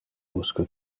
usque